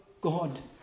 God